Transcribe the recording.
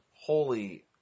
Holy